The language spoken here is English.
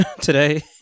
today